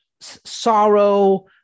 sorrow